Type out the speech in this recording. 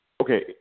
Okay